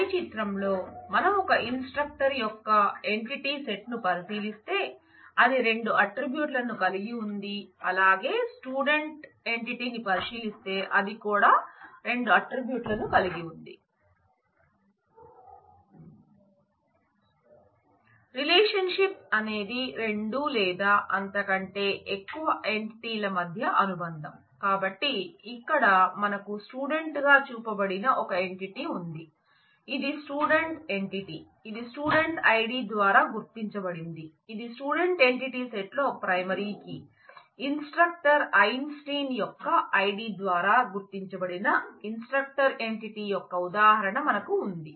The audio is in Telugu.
పై చిత్రంలో మనం ఒక ఇన్స్ట్రక్టర్ ఎంటిటీని పరిశీలిస్తే అది కూడా రెండు ఆట్రిబ్యూట్లను కలిగి ఉంది